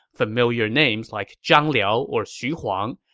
familiar names like zhang liao or xu huang,